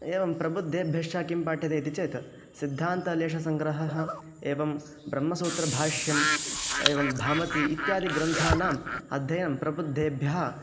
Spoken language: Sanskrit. एवं प्रबुद्धेभ्यश्च किं पाठ्यते इति चेत् सिद्धान्तलेषसङ्ग्रहः एवं ब्रह्मसूत्रभाष्यम् एवं भामती इत्यादिग्रन्थानाम् अध्ययनं प्रबुद्धेभ्यः